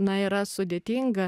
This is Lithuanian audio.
na yra sudėtinga